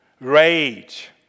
rage